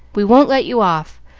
we won't let you off!